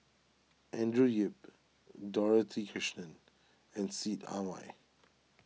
Andrew Yip Dorothy Krishnan and Seet Ai Wine